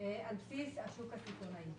על בסיס השוק הסיטונאי.